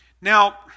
Now